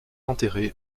enterré